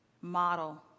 model